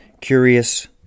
Curious